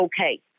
okay